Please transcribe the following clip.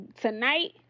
tonight